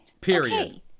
Period